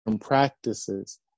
practices